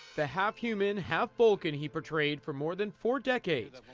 the half-human, half-vulcan he portrayed for more than four decades.